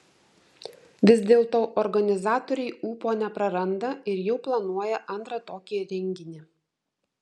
vis dėlto organizatoriai ūpo nepraranda ir jau planuoja antrą tokį renginį